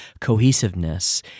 cohesiveness